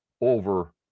over